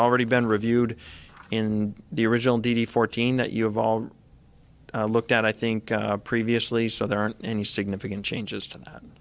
already been reviewed in the original d d fourteen that you have all looked at i think previously so there aren't any significant changes to that